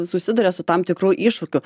susiduria su tam tikru iššūkiu